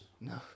No